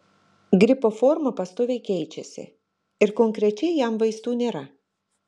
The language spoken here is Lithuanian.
gripo forma pastoviai keičiasi ir konkrečiai jam vaistų nėra